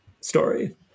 story